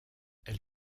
elle